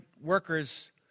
workers